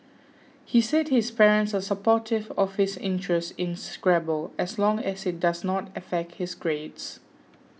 he said his parents are supportive of his interest in Scrabble as long as it does not affect his grades